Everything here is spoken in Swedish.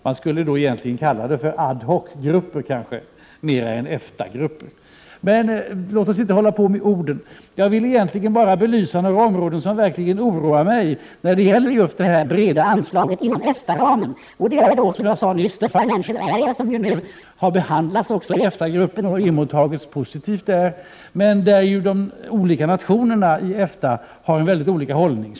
Man borde då egentligen kalla de här grupperna för ad hoc-grupper snarare än EFTA-grupper, men låt oss inte strida om orden. Jag vill belysa några områden som verkligen oroar mig när det gäller just det breda anslaget inom EFTA-ramen. Vi har, som jag sade nyss, the financial area, som har behandlats i EFTA-gruppen och emottagits positivt där men där de olika nationerna i EFTA har olika hållning.